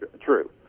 true